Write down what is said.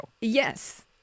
Yes